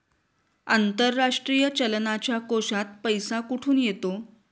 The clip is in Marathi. आंतरराष्ट्रीय चलनाच्या कोशात पैसा कुठून येतो?